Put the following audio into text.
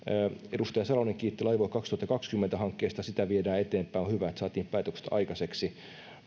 edustaja salonen kiitti laivue kaksituhattakaksikymmentä hankkeesta sitä viedään eteenpäin on hyvä että saatiin päätökset aikaiseksi